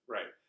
Right